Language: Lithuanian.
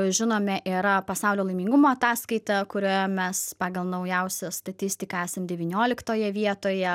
žinome yra pasaulio laimingumo ataskaitą kurioje mes pagal naujausią statistiką esam devynioliktoje vietoje